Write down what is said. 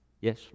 yes